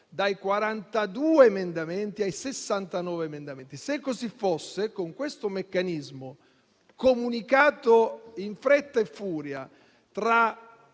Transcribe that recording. dai 42 ai 69 emendamenti. Se così fosse, con questo meccanismo comunicato in fretta e furia tra